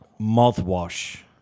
mouthwash